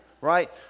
right